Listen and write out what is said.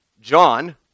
John